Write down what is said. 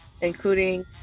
including